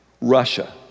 Russia